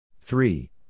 Three